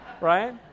Right